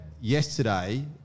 yesterday